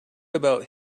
about